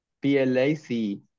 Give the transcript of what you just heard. P-L-A-C